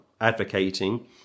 advocating